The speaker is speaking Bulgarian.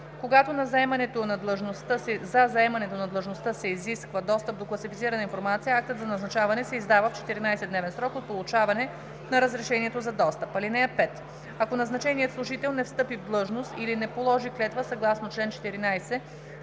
Когато за заемането на длъжността се изисква достъп до класифицирана информация, актът за назначаване се издава в 14-дневен срок от получаване на разрешението за достъп. (5) Ако назначеният служител не встъпи в длъжност или не положи клетва съгласно чл. 14,